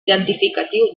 identificatiu